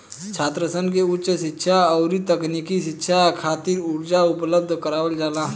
छात्रसन के उच शिक्षा अउरी तकनीकी शिक्षा खातिर कर्जा उपलब्ध करावल जाला